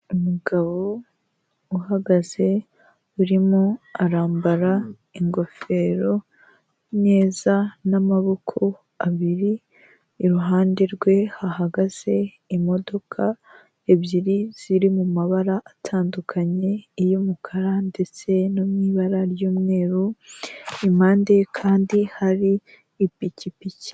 Umugabo uhagaze urimo arambara ingofero neza n'amaboko abiri, iruhande rwe hahagaze imodoka ebyiri ziri mu mabara atandukanye, iy'umukara ndetse no mu ibara ry'umweru, impande ye kandi hari ipikipiki.